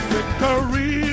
Victory